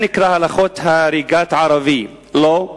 זה נקרא הלכות הריגת ערבי, לא?